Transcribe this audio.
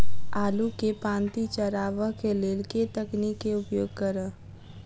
आलु केँ पांति चरावह केँ लेल केँ तकनीक केँ उपयोग करऽ?